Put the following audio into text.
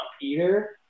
Peter